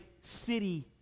city